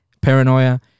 paranoia